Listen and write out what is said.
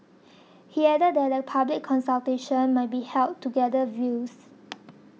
he added that a public consultation might be held to gather views